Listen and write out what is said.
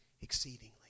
exceedingly